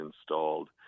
installed